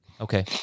Okay